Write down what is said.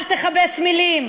אל תכבס את המילים: